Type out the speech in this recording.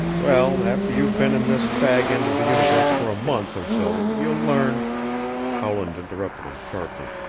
well, after you've been in this fag-end of the universe for a month or so you'll learn howland interrupted him sharply.